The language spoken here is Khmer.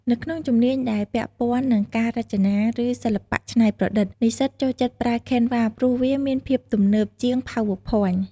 នៅក្នុងជំនាញដែលពាក់ព័ន្ធនឹងការរចនា ឬ សិល្បៈច្នៃប្រឌិត និស្សិតចូលចិត្តប្រើ Canva ព្រោះវាមានភាពទំនើបជាង PowerPoint។